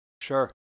sure